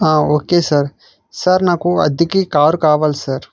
ఆ okay sir sir నాకు అద్దెకి కార్ కావాలి సార్